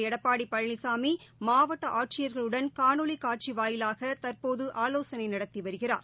எடப்பாடி பழனிசாமி மாவட்ட ஆட்சியர்களுடன் காணொலிக் காட்சி வாயிலாக தற்போது ஆலோசனை நடத்தி வருகிறார்